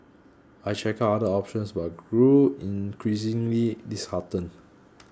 I checked other options but grew increasingly disheartened